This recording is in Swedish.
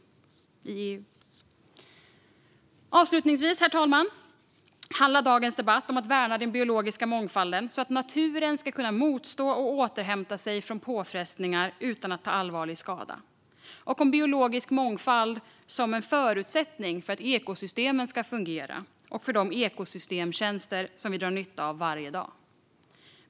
Avslutningsvis, herr talman, handlar dagens debatt om att värna den biologiska mångfalden så att naturen ska kunna motstå och återhämta sig från påfrestningar utan att ta allvarlig skada och om biologisk mångfald som en förutsättning för att ekosystemen ska fungera och för de ekosystemtjänster som vi drar nytta av varje dag.